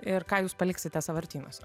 ir ką jūs paliksite sąvartynuose